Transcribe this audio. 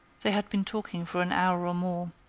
they had been talking for an hour or more.